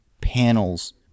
panels